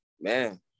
man